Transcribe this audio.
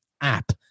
app